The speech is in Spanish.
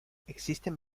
existen